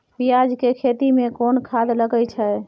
पियाज के खेती में कोन खाद लगे हैं?